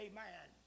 Amen